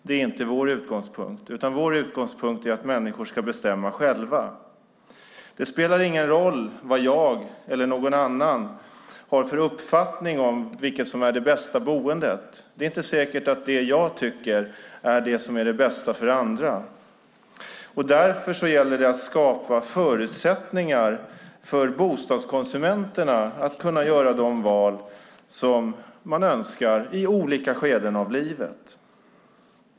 Det är inte vår utgångspunkt, utan vår utgångspunkt är att människor ska bestämma själva. Det spelar ingen roll vad jag eller någon annan har för uppfattning om vilket som är det bästa boendet. Det är inte säkert att det jag tycker är bäst är det bästa för andra. Därför gäller det att skapa förutsättningar för bostadskonsumenterna att göra de val som de önskar i olika skeden av livet.